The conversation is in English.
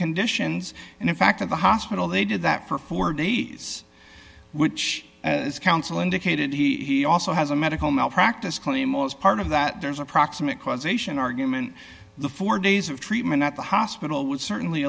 conditions and in fact at the hospital they did that for four days which is counsel indicated he also has a medical malpractise claim most part of that there's a proximate causation argument the four days of treatment at the hospital would certainly